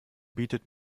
bietet